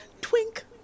twink